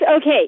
okay